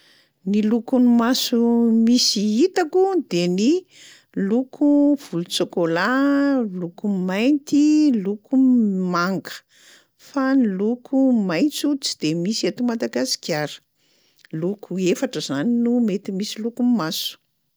Ny lokon'ny maso misy hitako de ny loko volon-tsôkôla, loko mainty, loko manga, fa loko maitso de tsy misy eto Madagasikara, loko efatra zany no mety misy lokon'ny maso.